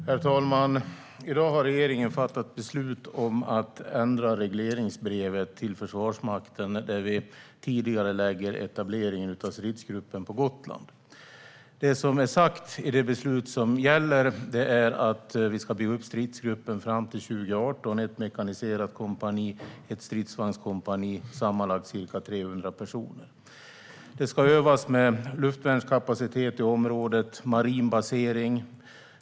Herr talman! I dag har regeringen fattat beslut om att ändra regleringsbrevet till Försvarsmakten. Där tidigarelägger vi etableringen av stridsgruppen på Gotland. Det som är sagt i det beslut som gäller är att vi ska bygga upp stridsgruppen fram till 2018 med ett mekaniserat kompani och ett stridsvagnskompani, sammanlagt ca 300 personer. Det ska övas med luftvärnskapacitet och marin basering i området.